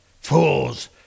Fools